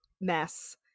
mess